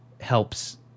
helps